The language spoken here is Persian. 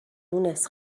مونس